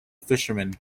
fishermen